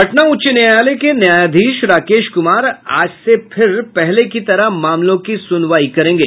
पटना उच्च न्यायालय के न्यायाधीश राकेश कुमार आज से फिर पहले की तरह मामलों की सुनवाई करेंगे